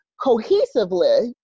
cohesively